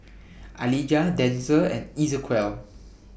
Alijah Denzel and Ezequiel